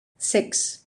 sechs